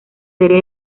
serie